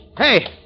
Hey